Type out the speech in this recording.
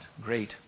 great